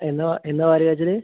എന്നാണ് എന്നാണ് പാൽ കാച്ചൽ